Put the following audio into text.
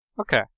Okay